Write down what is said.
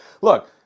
Look